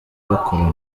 bakorana